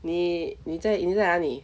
你你在你在哪里